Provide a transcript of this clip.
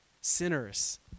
sinners